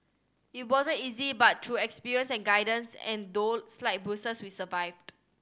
it wasn't easy but through experience and guidance and though slight bruised we survived